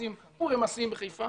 שקצים ורמשים בחיפה.